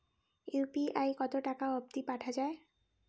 UPI কতো টাকা অব্দি পাঠা যায়?